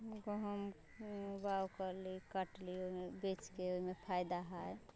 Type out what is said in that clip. गहूम उगाउ केली कटली ओहिमे बेच कर ओहिमे फायदा है